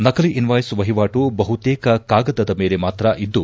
ನಕಲಿ ಇನ್ವಾಯ್ಸ್ ವಹವಾಟು ಬಹುತೇಕ ಕಾಗದದ ಮೇಲೆ ಮಾತ್ರ ಇದ್ದು